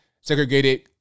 segregated